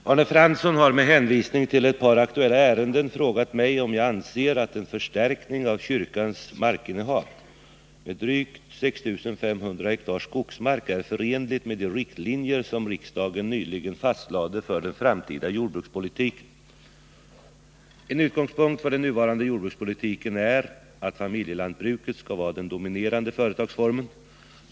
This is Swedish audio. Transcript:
Herr talman! Arne Fransson har, med hänvisning till ett par aktuella ärenden, frågat mig om jag anser att en förstärkning av kyrkans markinnehav med drygt 6 500 ha skogsmark är förenligt med de riktlinjer som riksdagen nyligen fastlade för den framtida jordbrukspolitiken. En utgångspunkt för den nuvarande jordbrukspolitiken är att familjelantbruket skall vara den dominerande företagsformen.